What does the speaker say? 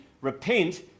Repent